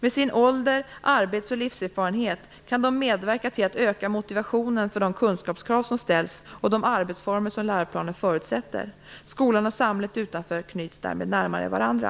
Med sin ålder, arbets och livserfarenhet kan de medverka till att öka motivationen för de kunskapskrav som ställs och de arbetsformer som läroplanen förutsätter. Skolan och samhället utanför knyts därmed närmare varandra.